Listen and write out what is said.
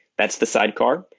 that's the sidecar.